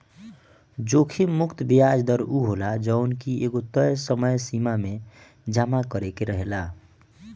जोखिम मुक्त बियाज दर उ होला जवन की एगो तय समय सीमा में जमा करे के रहेला